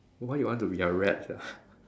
why you want to be a rat sia